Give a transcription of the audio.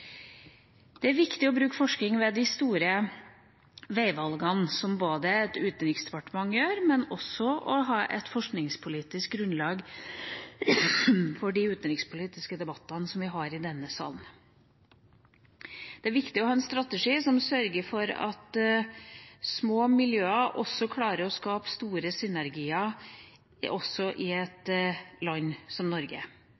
Det er viktig å bruke forskning ved de store veivalgene, som Utenriksdepartementet gjør, og også å ha et forskningspolitisk grunnlag for de utenrikspolitiske debattene vi har i denne sal. Det er viktig å ha en strategi som sørger for at små miljøer klarer å skape store synergier også i